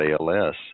ALS